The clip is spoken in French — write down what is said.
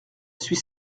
suis